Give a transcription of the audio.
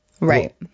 Right